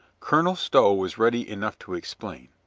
colonel stow was ready enough to explain.